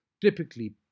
typically